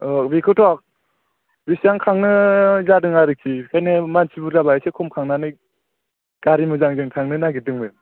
अ बेखौथ' बेसेबां खांनो जादों आरोखि बेखायनो मानसि बुरजाबा एसे खम खांनानै गारि मोजांजों थांनो नागिरदोंमोन